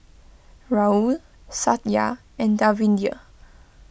Rahul Satya and Davinder